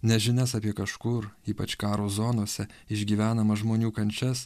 nes žinias apie kažkur ypač karo zonose išgyvenamas žmonių kančias